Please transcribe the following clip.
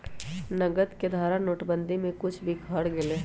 नकद के धारा नोटेबंदी में कुछ बिखर गयले हल